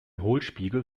hohlspiegel